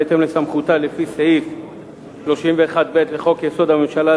בהתאם לסמכותה לפי סעיף 31(ב) לחוק-יסוד: הממשלה,